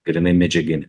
grynai medžiaginė